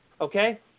Okay